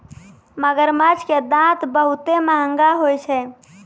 मगरमच्छ के दांत बहुते महंगा होय छै